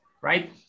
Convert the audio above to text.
right